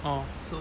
oh